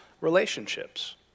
relationships